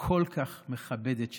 הכל-כך מכבדת שלה.